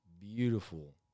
beautiful